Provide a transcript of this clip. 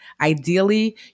ideally